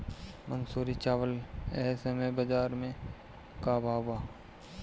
मंसूरी चावल एह समय बजार में का भाव बा?